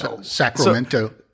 Sacramento